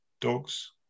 dogs